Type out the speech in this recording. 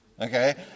okay